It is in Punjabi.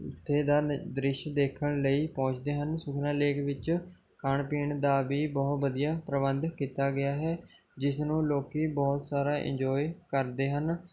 ਉੱਥੇ ਦਾ ਦ੍ਰਿਸ਼ ਦੇਖਣ ਲਈ ਪਹੁੰਚਦੇ ਹਨ ਸੁਖਨਾ ਲੇਕ ਵਿੱਚ ਖਾਣ ਪੀਣ ਦਾ ਵੀ ਬਹੁਤ ਵਧੀਆ ਪ੍ਰਬੰਧ ਕੀਤਾ ਗਿਆ ਹੈ ਜਿਸ ਨੂੰ ਲੋਕ ਬਹੁਤ ਸਾਰਾ ਇੰਜੋਆਏ ਕਰਦੇ ਹਨ